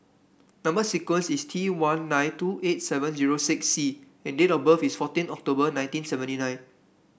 number sequence is T one nine two eight seven zero six C and date of birth is fourteen October nineteen seventy nine